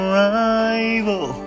rival